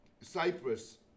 Cyprus